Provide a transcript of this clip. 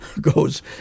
goes